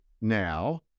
now